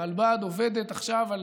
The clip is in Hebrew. הרלב"ד עובדת עכשיו על